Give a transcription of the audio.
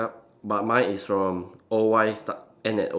but mine is from O Y start end at O